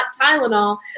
Tylenol